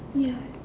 ya